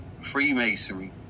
Freemasonry